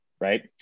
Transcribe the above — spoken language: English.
right